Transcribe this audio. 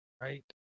right